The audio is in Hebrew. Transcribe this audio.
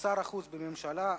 כשר החוץ בממשלה,